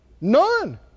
None